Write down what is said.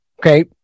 Okay